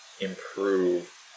improve